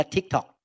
TikTok